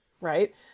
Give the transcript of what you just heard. right